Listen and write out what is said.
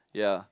ya